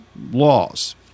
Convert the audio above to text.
laws